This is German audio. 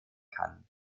kann